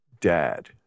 dad